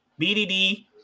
BDD